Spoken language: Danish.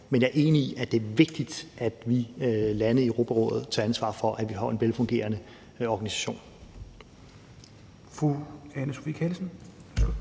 Men jeg er enig i, at det er vigtigt, at vi lande i Europarådet tager ansvar for, at vi har en velfungerende organisation.